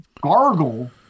gargle